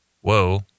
Whoa